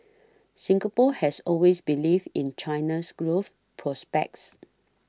Singapore has always believed in China's growth prospects